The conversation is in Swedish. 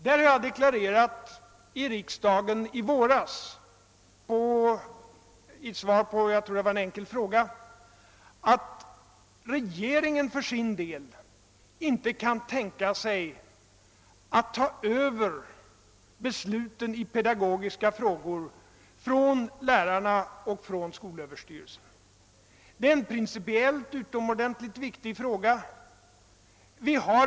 I våras deklarerade jag i riksdagen vid besvarandet av en enkel fråga att regeringen för sin del inte kan tänka sig att ta över besluten i pedagogiska frågor från lärarna och skolöverstyrelsen. Detta är en mycket viktig princip.